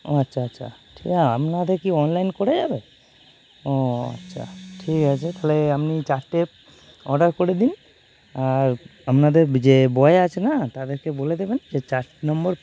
ও আচ্ছা আচ্ছা ঠিক আর আপনাদের কি অনলাইন করা যাবে ও আচ্ছা ঠিক আছে তাহলে আপনি চারটে অর্ডার করে দিন আর আপনাদের যে বয় আছে না তাদেরকে বলে দেবেন যে চার নম্বর